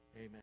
Amen